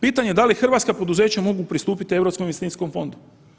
Pitanje je da li hrvatska poduzeća mogu pristupit Europskom investicijskom fondu.